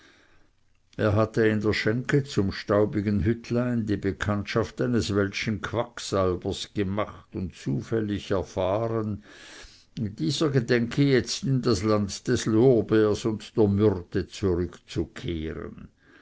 er hatte in der schenke zum staubigen hüttlein die bekanntschaft eines welschen quacksalbers gemacht und zufällig erfahren dieser gedenke jetzt in das land des lorbeers und der myrte zurückzukehren